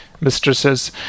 mistresses